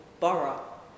borough